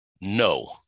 no